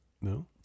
No